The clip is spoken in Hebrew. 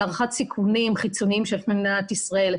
הערכת סיכונים חיצוניים שיש למדינת ישראל.